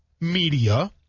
media